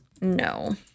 No